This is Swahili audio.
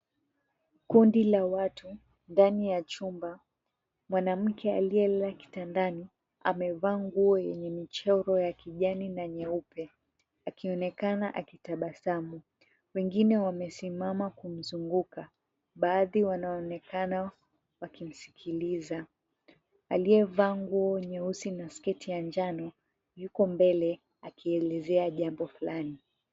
Kundi la watu ndani ya chumba. Mwanamke aliyelala kitandani amevaa nguo yenye michoro ya kijani na nyeupe akionekana akitabasamu. Wengine wamesimama kumzunguka. Baadhi wanaonekana wakimsikiliza. Aliyevaa nguo nyeusi na sketi ya njano, yuko mbele akielezea jambo flani.